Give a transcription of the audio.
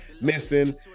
missing